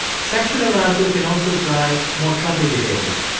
sexual arousal can also drive more troubling behavior.